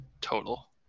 total